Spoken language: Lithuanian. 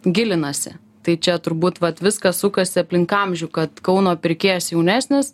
gilinasi tai čia turbūt vat viskas sukasi aplink amžių kad kauno pirkėjas jaunesnis